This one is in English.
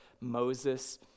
Moses